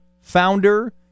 founder